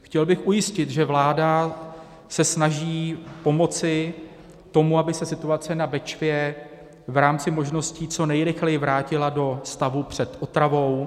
Chtěl bych ujistit, že vláda se snaží pomoci tomu, aby se situace na Bečvě v rámci možností co nejrychleji vrátila do stavu před otravou.